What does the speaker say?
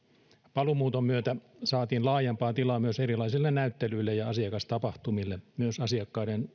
paluumuuton myötä saatiin laajempaa tilaa myös erilaisille näyttelyille ja asiakastapahtumille myös asiakkaiden